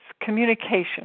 communication